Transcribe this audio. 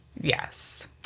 Yes